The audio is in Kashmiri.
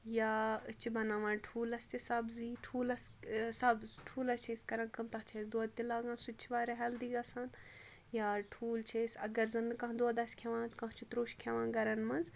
یا أسۍ چھِ بَناوان ٹھوٗلَس تہِ سبزی ٹھوٗلَس سَبز ٹھوٗلَس چھِ أسۍ کَران کٲم تَتھ چھِ أسۍ دۄد تہِ لاگان سُہ تہِ چھِ واریاہ ہیٚلدی گژھان یا ٹھوٗل چھِ أسۍ اگر زَن نہٕ کانٛہہ دۄد آسہِ کھیٚوان کانٛہہ چھُ ترٛوٚش کھٮ۪وان گَرَن منٛز